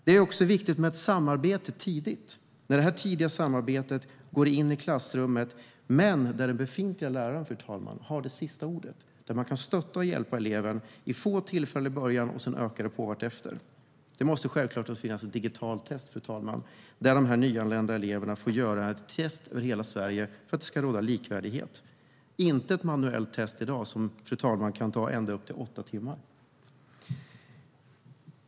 Det är också viktigt med tidigt samarbete i klassrummet, men den befintliga läraren ska ha sista ordet. Man kan stötta och hjälpa eleven vid få tillfällen i början och sedan öka på vartefter. Det måste självklart finnas ett digitalt test som nyanlända elever över hela Sverige får göra så att det råder likvärdighet. Det ska inte vara ett manuellt test som i dag som kan ta ända upp till åtta timmar.